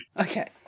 Okay